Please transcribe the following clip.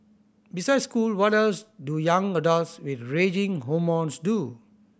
besides school what else do young adults with raging hormones do